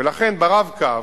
ולכן, ה"רב-קו"